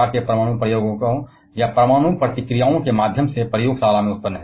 किसी प्रकार के परमाणु प्रयोगों या परमाणु प्रतिक्रियाओं के माध्यम से प्रयोगशाला